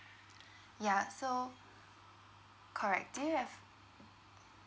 ya so correct do you have